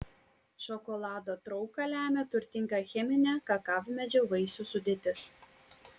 šokolado trauką lemia turtinga cheminė kakavmedžio vaisių sudėtis